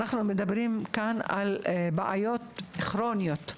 אנחנו מדברים כאן על בעיות כרוניות,